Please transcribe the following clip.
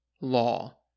law